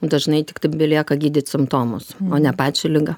dažnai tiktai belieka gydyt simptomus o ne pačią ligą